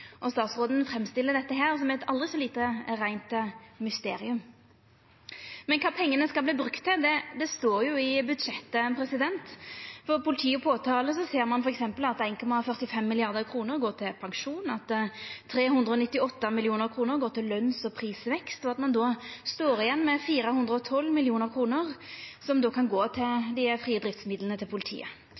Statsråden framstiller dette som eit aldri så lite mysterium. Men kva pengane skal verta brukte til, står jo i budsjettet. For politi og påtalemyndigheit ser ein f.eks. at 1,45 mrd. kr går til pensjon, at 398 mill. kr går til løns- og prisvekst, og at ein då står igjen med 412 mill. kr, som kan gå til frie driftsmidlar til politiet.